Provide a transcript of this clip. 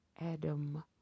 Adam